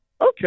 Okay